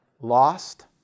Lost